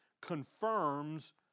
confirms